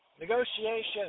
negotiation